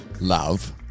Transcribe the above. love